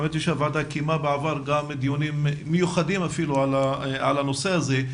האמת היא שהוועדה קיימה בעבר גם דיונים מיוחדים על הנושא הזה.